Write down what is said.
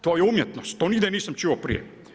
To je umjetnost, to nigdje nisam čuo prije.